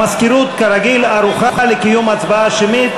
המזכירות, כרגיל, ערוכה לקיום הצבעה שמית.